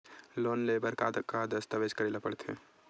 Loan ले बर का का दस्तावेज करेला पड़थे?